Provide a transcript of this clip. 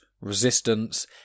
Resistance